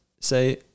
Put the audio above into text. say